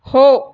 हो